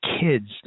kids